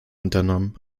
unternommen